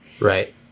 Right